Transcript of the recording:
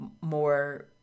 more